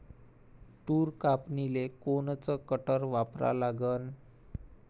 तूर कापनीले कोनचं कटर वापरा लागन?